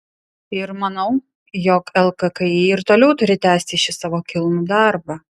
ir manau jog lkki ir toliau turi tęsti šį savo kilnų darbą